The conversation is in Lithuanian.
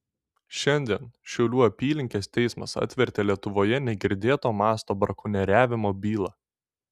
šiandien šiaulių apylinkės teismas atvertė lietuvoje negirdėto masto brakonieriavimo bylą